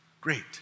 great